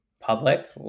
public